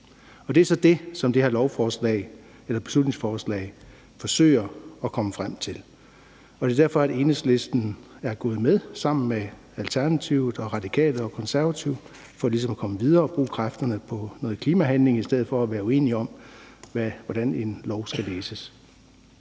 Det er så det, det her beslutningsforslag forsøger at komme frem til. Det er derfor, Enhedslisten er gået sammen med Alternativet, Radikale og Konservative. Det er for ligesom at komme videre og bruge kræfterne på noget klimahandling i stedet for at være uenige om, hvordan en lov skal læses.